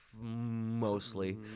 mostly